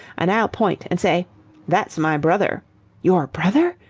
and i'll point and say that's my brother your brother?